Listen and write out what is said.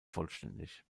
vollständig